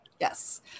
yes